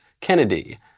Kennedy